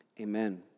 amen